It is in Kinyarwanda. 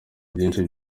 byinshi